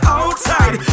outside